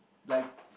like